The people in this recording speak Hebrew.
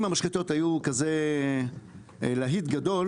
אם המשחטות היו כזה להיט גדול